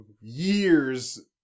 years